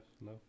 No